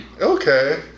Okay